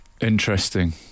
Interesting